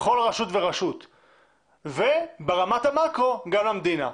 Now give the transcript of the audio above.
לכל רשות ורשות וברמת המקרו גם למדינה?